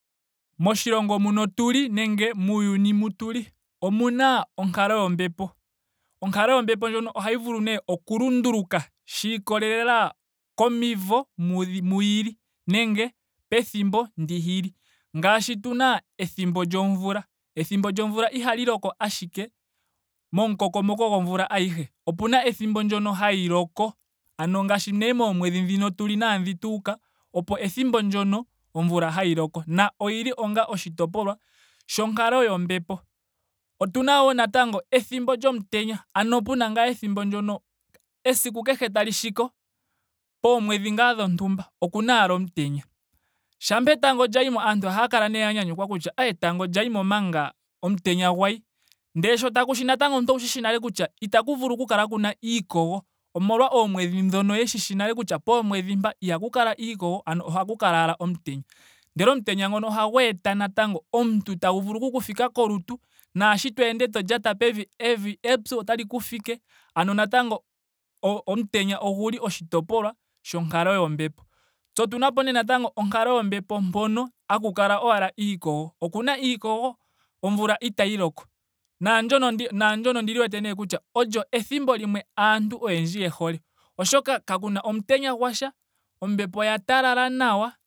Moshilongo mu tuli nenge muuyuni mbu tuli. omuna onkalo yombepo. onkalo yombepo ndjono ohayi vulu nee oku lunduluka shiikolelela komimvo mu dhili yili nenge pethimbo ndi yili. Ngaashi tuna ethimbo lyomvula. Ethimbo lyomvula ihali loko ashike momukokomoko gomvula ayihe. Opena ethimbo ndyoka hayi loko. ano ngaashi nee moomwedhi dhi tuli naadhi tuuka. opo ethimbo ndyono omvula hayi loko. na oyili onga oshitopolwa shonkalo yombepo. Otuna wo natango ethimbo lyomutenya. ano pena ngaa ethimbo ndyono. esiku kehe tali shiko poomwedhi ngaa dhontumba okuna ashike omutenya. Shampa etango lya yimo. aantu oha ya kala nee ya nyanyukwa kutya iya etango lya yimo manga omutenya gwayi. Ndele sho taku shi natango omuntu owushishi nale kutya itaku vulu oku kala kuna iikogo omolwa oomwedhi dhono ye shi shi nale kutya poomwedhi mpa ihaku kala iikogo ano ohaku kala ashike omutenya. Ndele omutenya ngono ohagu eta natango omuntu tagu vulu oku ku fika kolutu. naashi to ende to lya pevi evi epyu. otali ku fike. ano natango o- omutenya oguli oshitopolwa shonkalo yombepo. tse natango otuna po wo onkalo yombepo mpono haku kala owala iikogo. okuna iikogo. omvula itayi loko. Naandyon naandyono ondili wete nee kutya olyo ethimbo limwe aantu oyendji ye hole. Oshoka kakuna omutenya gwasha. ombepo oya talala nawa